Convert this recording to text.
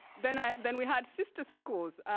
then ah then we had sister schools.